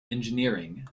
engineering